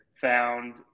found